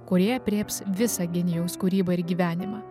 kurie aprėps visą genijaus kūrybą ir gyvenimą